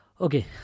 okay